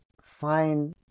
find